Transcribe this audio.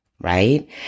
right